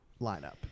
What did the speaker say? lineup